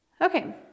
Okay